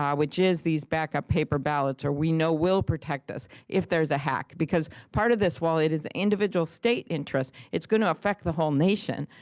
um which is these backup paper ballots or we know will protect us if there's a hack. because part of this, while it is the individual state interest, it's going to affect the whole nation.